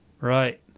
Right